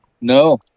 No